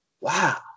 Wow